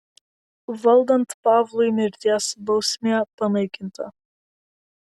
valdant pavlui mirties bausmė panaikinta